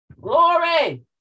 Glory